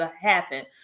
happen